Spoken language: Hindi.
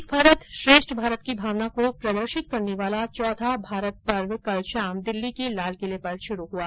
एक भारत श्रेष्ठ भारत की भावना को प्रदर्शित करने वाला चौथा भारत पर्व कल शाम दिल्ली के लाल किले पर शुरू हआ